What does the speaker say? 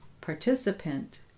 participant